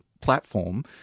platform